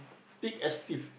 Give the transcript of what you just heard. thick a stiff